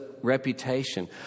reputation